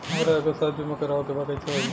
हमरा एगो स्वास्थ्य बीमा करवाए के बा कइसे होई?